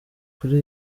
kuri